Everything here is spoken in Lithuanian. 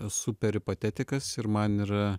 esu peripatetikas ir man yra